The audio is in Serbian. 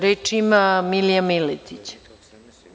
Reč ima Milija Miletić.